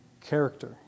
character